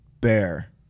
Bear